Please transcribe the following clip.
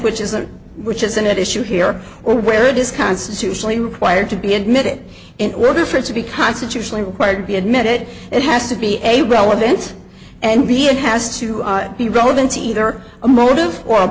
which isn't which isn't it issue here or where it is constitutionally required to be admitted in order for it to be constitutionally required to be admitted it has to be a relevant and b it has to be relevant to either a motive or